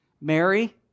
Mary